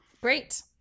Great